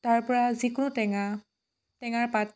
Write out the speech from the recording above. তাৰপৰা যিকোনো টেঙা টেঙাৰ পাত